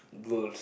goals